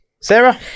Sarah